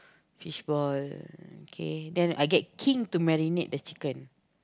fishball kay then I get King to marinate the chicken